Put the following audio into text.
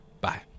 Bye